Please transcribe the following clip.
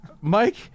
mike